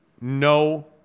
no